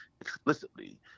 explicitly